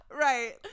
right